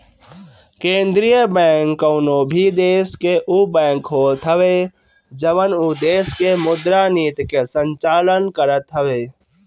केंद्रीय बैंक कवनो भी देस के उ बैंक होत हवे जवन उ देस के मुद्रा नीति के संचालन करत हवे